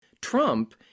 Trump